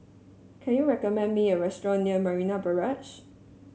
can you recommend me a restaurant near Marina Barrage